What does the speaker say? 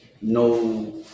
no